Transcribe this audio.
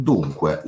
Dunque